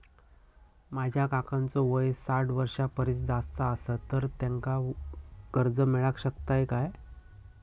माझ्या काकांचो वय साठ वर्षां परिस जास्त आसा तर त्यांका कर्जा मेळाक शकतय काय?